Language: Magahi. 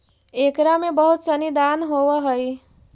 एकरा में बहुत सनी दान होवऽ हइ